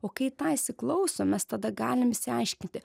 o kai į tą įsiklausom mes tada galim išsiaiškinti